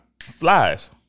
flies